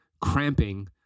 cramping